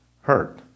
hurt